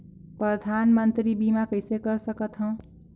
परधानमंतरी बीमा कइसे कर सकथव?